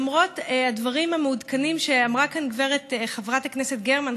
למרות הדברים המעודכנים שאמרה כאן חברת הכנסת גרמן,